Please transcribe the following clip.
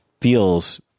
feels